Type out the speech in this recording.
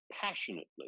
passionately